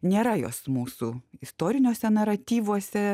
nėra jos mūsų istoriniuose naratyvuose